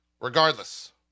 regardless